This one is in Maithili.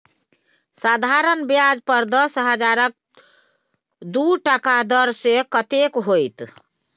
साधारण ब्याज पर दस हजारक दू टका दर सँ कतेक होएत?